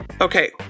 Okay